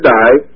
die